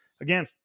Again